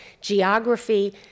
geography